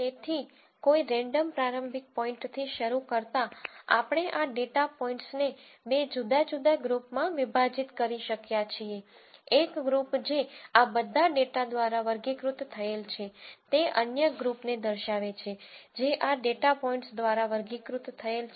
તેથી કોઈ રેન્ડમ પ્રારંભિક પોઈન્ટથી શરૂ કરતાં આપણે આ ડેટા પોઇન્ટ્સને બે જુદા જુદા ગ્રુપમાં વિભાજિત કરી શક્યાં છીએ એક ગ્રુપ જે આ બધા ડેટા દ્વારા વર્ગીકૃત થયેલ છે તે અન્ય ગ્રુપને દર્શાવે છે જે આ ડેટા પોઇન્ટ્સ દ્વારા વર્ગીકૃત થયેલ છે